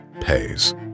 pays